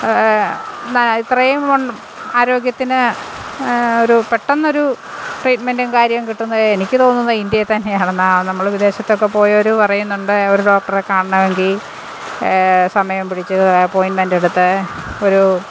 ഇത്രയും ആരോഗ്യത്തിന് ഒരു പെട്ടെന്നൊരു ട്രീറ്റ്മെൻറ്റും കാര്യവും കിട്ടുന്നത് എനിക്ക് തോന്നുന്നത് ഇന്ത്യയിൽ തന്നെ ആണെന്നാണ് നമ്മൾ വിദേശത്തൊക്കെ പോയവർ പറയുന്നുണ്ട് ഒരു ഡോക്ടറെ കാണണമെങ്കിൽ സമയം പിടിച്ച് അപ്പോയ്ൻമെൻറ്റെടുത്ത് ഒരു